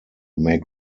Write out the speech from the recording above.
make